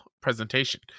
presentation